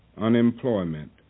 unemployment